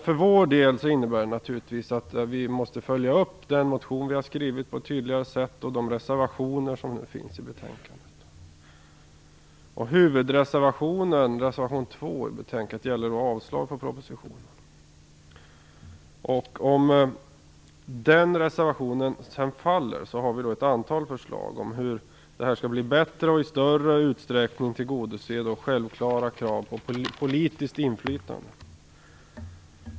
För vår del innebär det naturligtvis att vi måste följa upp den motion som vi skrivit och reservationerna till betänkandet på ett tydligare sätt. Huvudreservationen, reservation 2, innebär avslag på propositionen. För den händelse att reservationen faller har vi ett antal förslag om hur det skall bli bättre och i stor utsträckning tillgodose det självklara kravet på politiskt inflytande.